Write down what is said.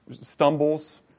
stumbles